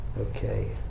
okay